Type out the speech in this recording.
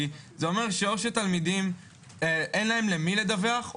כי זה אומר שתלמידים או אין להם למי לדווח,